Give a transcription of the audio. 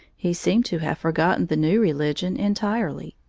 he seemed to have forgotten the new religion entirely.